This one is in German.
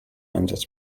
ansatz